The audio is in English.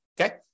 okay